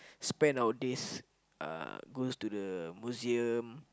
spend our days uh goes to the museum